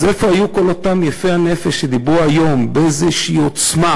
אז איפה היו כל אותם יפי הנפש שדיברו היום באיזו עוצמה,